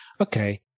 okay